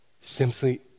simply